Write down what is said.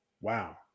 wow